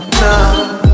now